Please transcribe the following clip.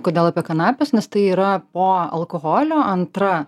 kodėl apie kanapes nes tai yra po alkoholio antra